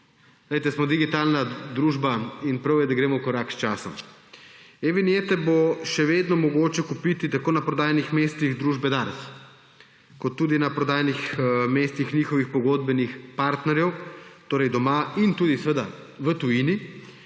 smo digitalna družba in prav je, da gremo v korak s časom. E-vinjete bo še vedno mogoče kupiti na prodajnih mestih družbe DARS in tudi na prodajnih mestih njihovih pogodbenih partnerjev, torej doma in tudi seveda